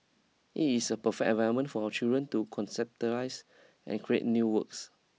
it is a perfect environment for our children to conceptualise and create new works